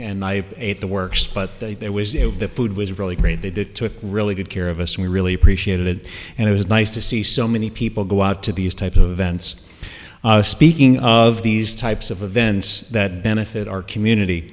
and i ate the works but there was if the food was really great that it took really good care of us we really appreciated it and it was nice to see so many people go out to be as type of events speaking of these types of events that benefit our community